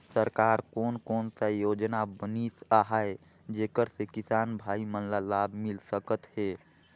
सरकार कोन कोन सा योजना बनिस आहाय जेकर से किसान भाई मन ला लाभ मिल सकथ हे?